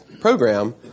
program